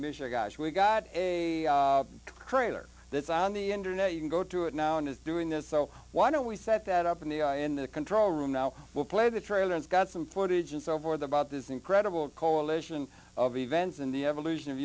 michelle gosh we've got a crater that's on the internet you can go to it now and is doing this so why don't we set that up in the in the control room now we'll play the trailer it's got some footage and so forth about this incredible coalition of events in the evolution of